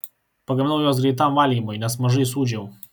pagaminau juos greitam valgymui nes mažai sūdžiau